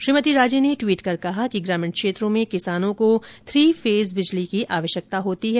श्रीमती राजे ने ट्वीट कर कहा कि ग्रमीण क्षेत्रों में किसानों को थ्री फेस बिजली की आवश्यकता होती है